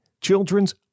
Children's